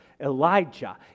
Elijah